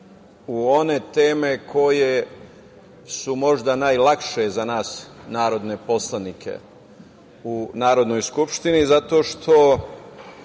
u one teme koje su možda najlakše za nas narodne poslanike u Narodnoj skupštini zato što